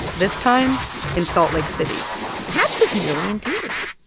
this time in salt lake city hatch was nearly in tears.